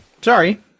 Sorry